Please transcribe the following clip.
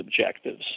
objectives